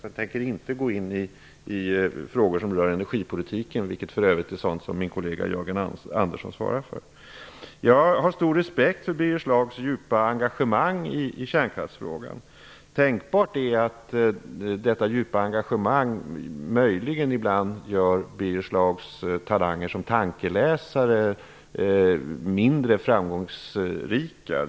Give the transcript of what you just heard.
Jag tänker inte gå in på frågor som rör energipolitiken, vilket för övrigt är sådant som min kollega Jag har stor respekt för Birger Schlaugs djupa engagemang i kärnkraftsfrågan. Det är dock tänkbart att detta djupa engagemang möjligen ibland gör Birgers Schlaugs talanger som tankeläsare mindre framgångsrika.